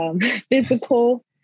physical